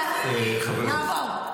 מה שאמרת זה כלום.